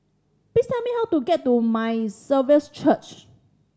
please tell me how to get to My Saviour's Church